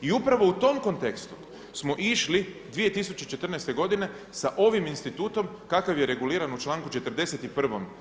I upravo u tom kontekstu smo išli 2014. godine sa ovim institutom kakav je reguliran u članku 41.